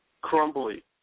Crumbly